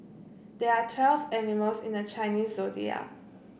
there are twelve animals in the Chinese Zodiac